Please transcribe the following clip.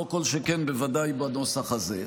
כל שכן בוודאי בנוסח הזה.